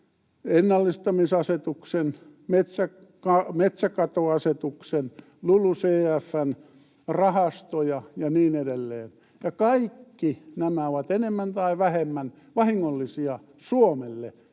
‑ennallistamisasetuksen, metsäkatoasetuksen, LULUCF:n rahastoja ja niin edelleen. Ja kaikki nämä ovat enemmän tai vähemmän vahingollisia Suomelle,